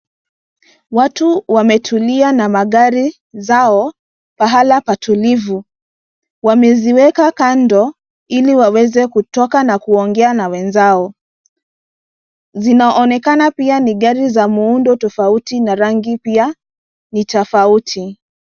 Watu wametulia na magari zao pahala patulivu wameziweka kando ili waweze kutoka na kuongea na wenzao, zinaonekana pia ni gari za muundo tofauti na rangi pia ni tofauti.